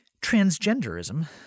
transgenderism